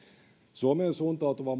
suomeen suuntautuva